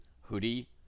hoodie